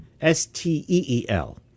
S-T-E-E-L